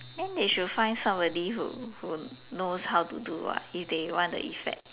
then they should find somebody who who knows how to do [what] if they want the effect